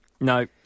no